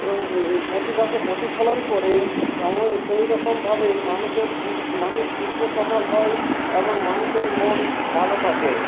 প্রতিভাকে প্রতিফলন করে সময়ের সেইরকমভাবে মানুষের মানুষ সুস্থ সবল হয় এবং মানুষের মন ভালো থাকে